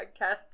podcast